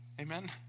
Amen